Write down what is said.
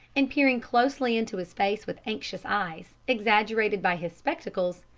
and, peering closely into his face with anxious eyes exaggerated by his spectacles,